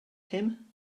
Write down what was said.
him